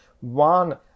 one